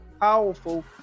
powerful